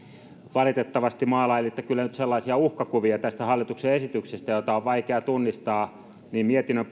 valitettavasti maalailitte kyllä nyt sellaisia uhkakuvia tästä hallituksen esityksestä joita on vaikea tunnistaa niin mietinnön